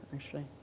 actually.